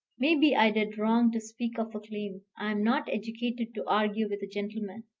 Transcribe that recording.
maybe i did wrong to speak of a claim. i'm not educated to argue with a gentleman.